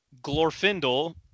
Glorfindel